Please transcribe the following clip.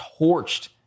torched